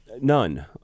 None